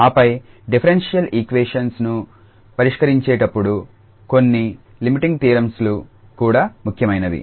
ఆపైడిఫరెన్సియల్ equations ను పరిష్కరించేటప్పుడు కొన్ని లిమిటింగ్ థీరంలు కూడా ముఖ్యమైనవి